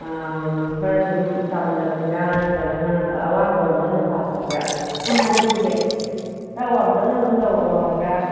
ꯈꯔ ꯑꯗꯨꯝ ꯆꯥꯎꯍꯜꯂꯛꯁꯤꯔ ꯅꯠꯇ꯭ꯔꯒꯅ ꯑꯋꯥꯡꯕ ꯔꯣꯝꯗ ꯑꯣꯏꯅ ꯁꯥꯁꯦ ꯍꯥꯏꯕ꯭ꯔꯥ ꯀꯃꯥꯏꯅ ꯇꯧꯁꯤꯒꯦ ꯈꯔ ꯋꯥꯡꯇꯛꯅ ꯑꯗꯨꯝ ꯇꯧꯔꯛꯑꯣ ꯍꯥꯏꯕ꯭ꯔꯥ